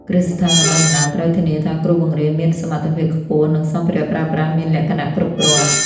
គ្រឹះស្ថានបណ្តុះបណ្តាលត្រូវធានាថាគ្រូបង្រៀនមានសមត្ថភាពខ្ពស់ និងសម្ភារៈប្រើប្រាស់មានលក្ខណៈគ្រប់គ្រាន់។